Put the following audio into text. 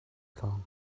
tlawng